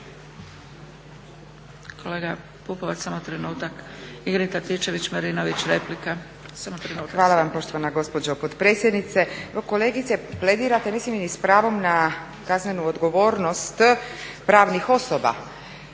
Hvala vam poštovana gospođo potpredsjednice. Pa kolegice pledirate mislim i s pravom na kaznenu odgovornost pravnih osoba